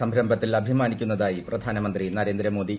സംരംഭത്തിൽ അഭിമാനിക്കുന്നതായി പ്രധാനമന്ത്രി നരേന്ദ്ര മോദി